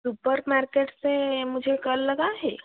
super market से मुझे call लगा है